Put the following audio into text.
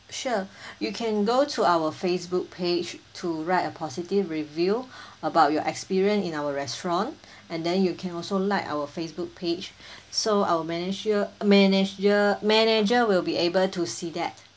sure you can go to our facebook page to write a positive review about your experience in our restaurant and then you can also like our facebook page so our mana~ manag~ manager will be able to see that